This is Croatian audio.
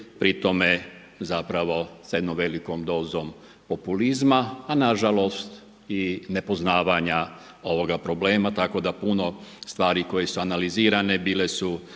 pri tome zapravo sa jednom velikom dozom populizma, a na žalost i nepoznavanja ovoga problema, tako da puno stvari koje su analizirane bile su